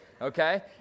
okay